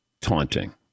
taunting